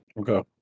Okay